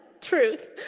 Truth